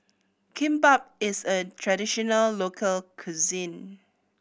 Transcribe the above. kimbap is a traditional local cuisine